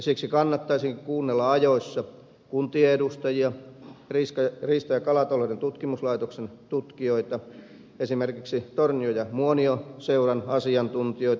siksi kannattaisikin kuunnella ajoissa kuntien edustajia riista ja kalatalouden tutkimuslaitoksen tutkijoita ja esimerkiksi tornionmuonionjokiseuran asiantuntijoita